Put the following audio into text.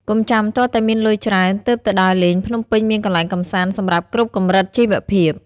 កុំចាំទាល់តែមានលុយច្រើនទើបទៅដើរលេង ភ្នំពេញមានកន្លែងកម្សាន្តសម្រាប់គ្រប់កម្រិតជីវភាព។